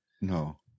No